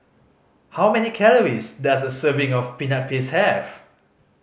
how many calories does a serving of Peanut Paste have